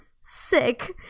sick